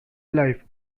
life